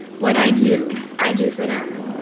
what i do i do for them?